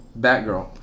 Batgirl